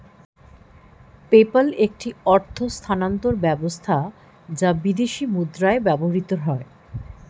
PayPal একটি অর্থ স্থানান্তর ব্যবস্থা যা বিদেশী মুদ্রায় ব্যবহৃত হয়